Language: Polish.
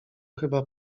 chyba